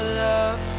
love